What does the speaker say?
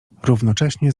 równocześnie